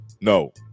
No